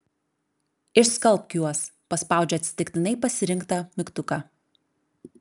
išskalbk juos paspaudžiu atsitiktinai pasirinktą mygtuką